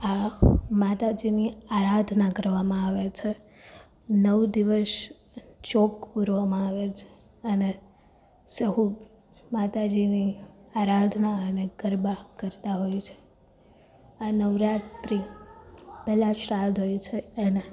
આ માતાજીની આરાધના કરવામાં આવે છે નવ દિવસ ચોક પૂરવામાં આવે છે અને સહુ માતાજીની આરાધના અને ગરબા કરતા હોય છે આ નવરાત્રી પહેલાં શ્રાદ્ધ હોય છે એને